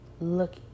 look